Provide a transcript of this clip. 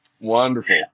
wonderful